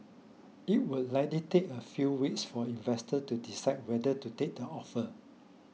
it will likely take a few weeks for investor to decide whether to take the offer